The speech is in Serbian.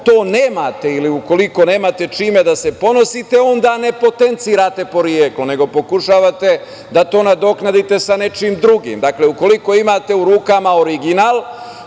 to nemate ili ukoliko nemate čime da se ponosite, onda ne potencirate poreklo, nego pokušavate da to nadoknadite sa nečim drugim. Dakle, ukoliko imate u rukama original,